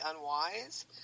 unwise